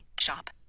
Shop